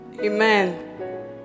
Amen